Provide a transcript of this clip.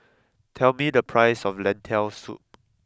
tell me the price of Lentil Soup